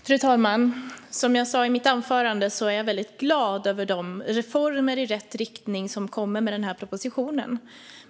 Fru talman! Som jag sa i mitt anförande är jag väldigt glad över de reformer i rätt riktning som kommer med den här propositionen.